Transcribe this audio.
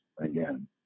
again